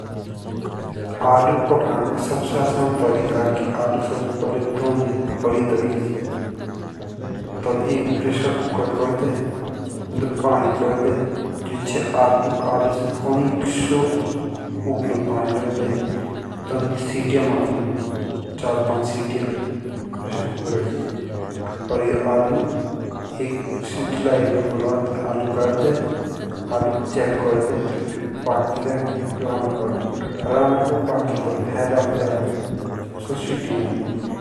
आलू पकाना सबसे आसान तरीका है सबसे पहिले आलू कर दे। तब एक प्रेशर कुकर करदे तांडो पानी करदे। आलू आलू से कनिको उग्लो पानी रखदे तंडी सिटी मारदे चार पाँच प्रेशर कुकर के और ये आलू एक सिटी लाने के बाद आलू चेक करदे आलू पाकी रे कि राणा पाकी तब फेर रखदे आलू तबसो सिटी मारदे।